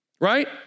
Right